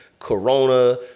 corona